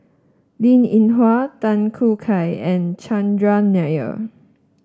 Linn In Hua Tan Choo Kai and Chandran Nair